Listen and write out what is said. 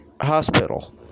Hospital